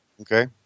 Okay